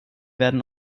werden